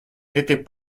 n’étaient